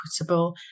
equitable